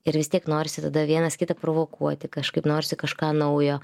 ir vis tiek norisi tada vienas kitą provokuoti kažkaip norisi kažką naujo